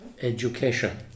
education